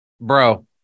bro